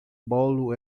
bolo